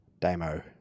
demo